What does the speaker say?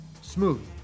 smooth